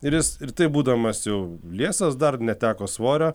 ir jis ir taip būdamas jau liesas dar neteko svorio